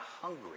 hungry